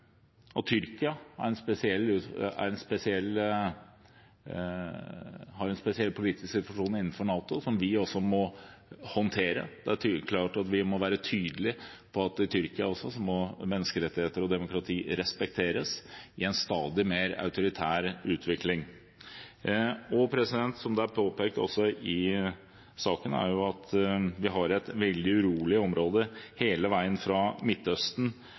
at Tyrkia er i en spesiell politisk situasjon innenfor NATO som også vi må håndtere. Det er klart at vi må være tydelige på at også i Tyrkia må menneskerettigheter og demokrati respekteres – i en stadig mer autoritær utvikling. Som det også er påpekt i saken, har vi et veldig urolig område hele veien fra Midtøsten